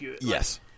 Yes